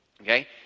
Okay